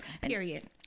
period